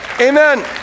Amen